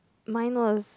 mine was